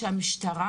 שהמשטרה,